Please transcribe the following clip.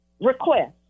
request